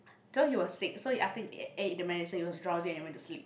so he was sick so he after ate ate the medicine he was drowsy and he went to sleep